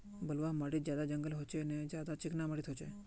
बलवाह माटित ज्यादा जंगल होचे ने ज्यादा चिकना माटित होचए?